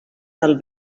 del